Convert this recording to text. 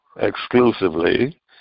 exclusively